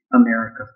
America